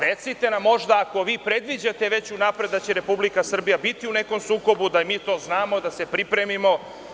Recite nam, ako predviđate unapred da će Republika Srbija biti u nekom sukobu, da mi to znamo, da se pripremimo.